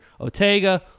Otega